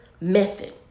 method